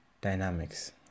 Dynamics